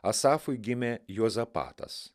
asafui gimė juozapatas